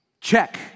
check